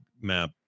map